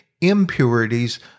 impurities